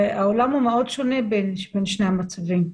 והעולם הוא מאוד שונה בין שני המצבים.